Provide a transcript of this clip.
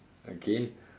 okay